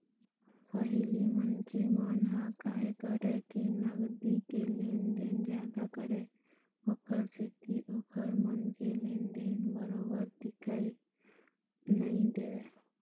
पहिली मनखे मन ह काय करय के नगदी के लेन देन जादा करय ओखर सेती ओखर मन के लेन देन बरोबर दिखउ नइ देवय